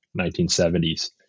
1970s